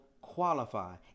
qualify